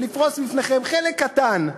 ולפרוס בפניכם חלק קטן,